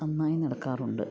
നന്നായി നടക്കാറുണ്ട്